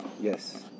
Yes